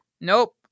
Nope